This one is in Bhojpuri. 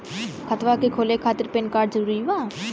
खतवा के खोले खातिर पेन कार्ड जरूरी बा?